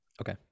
Okay